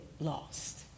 lost